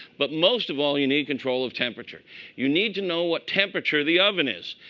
but most of all, you need control of temperature. you need to know what temperature the oven is.